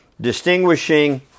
distinguishing